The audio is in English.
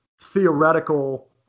theoretical